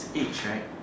age right